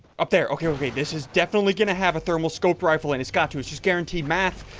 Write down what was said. up there. okay. okay. this is definitely gonna have a thermal scope rifle and it's got to it's just guaranteed math